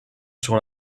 sur